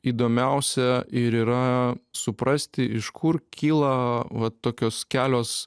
įdomiausia ir yra suprasti iš kur kyla va tokios kelios